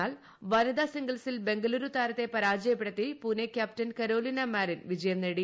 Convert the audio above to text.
എന്നാൽ വനിതാ സിംഗിൾസിൽ ബംഗളൂരു താരത്തെ പരാജയപ്പെടുത്തി പൂനെ ക്യാപ്റ്റൻ കരോലിന മാരിൻ വിജയം നേടി